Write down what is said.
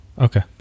okay